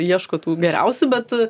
ieško tų geriausių bet